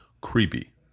creepy